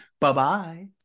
Bye-bye